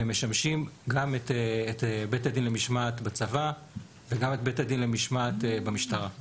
ומשמשים גם את בית הדין למשמעת בצבא וגם את בית הדין למשמעת במשטרה.